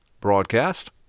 broadcast